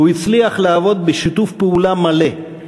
הוא הצליח לעבוד בשיתוף פעולה מלא,